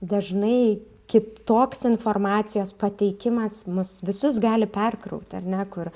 dažnai kitoks informacijos pateikimas mus visus gali perkraut ar ne kur